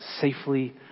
safely